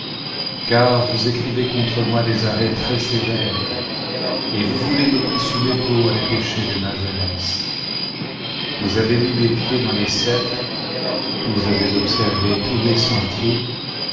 car vous écrivez contre moi des arrêts très sévères et vous voulez me consumer pour les péchés de ma jeunesse vous avez mis mes pieds dans les ceps vous avez observé tous mes sentieis